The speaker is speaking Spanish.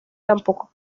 tampoco